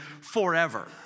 forever